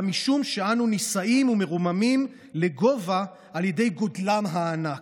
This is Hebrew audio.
אלא משום שאנו נישאים ומרוממים לגובה על ידי גודלם הענק.